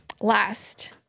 Last